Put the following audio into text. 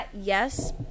Yes